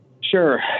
Sure